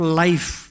life